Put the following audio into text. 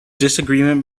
disagreement